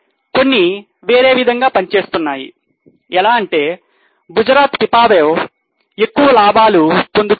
కొన్ని వేరే విధంగా పనిచేస్తున్నాయి ఎలా అంటే గుజరాత్ Pipavav ఎక్కువ లాభాలు పొందుతున్నాయి